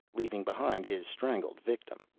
leaving behind his strangled victim.